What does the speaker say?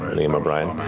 liam o'brien.